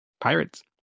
Pirates